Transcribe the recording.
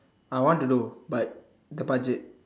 I want to do but the budget